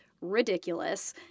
ridiculous